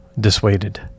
dissuaded